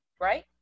Right